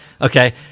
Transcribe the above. Okay